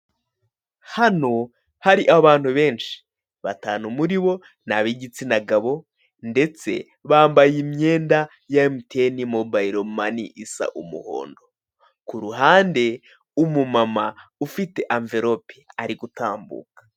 Hano hari abantu benshi; batanu muri bo ni ab'igitsina gabo, ndetse bambaye imyenda ya MTN Mobayilo Mani isa umuhondo. Ku ruhande, umumama ufite anvelope ari gutambuka.